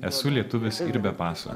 esu lietuvis ir be paso